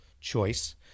choice